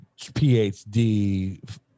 PhD